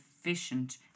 efficient